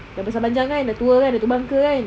dah besar panjang kan dah tua dah tua bangka kan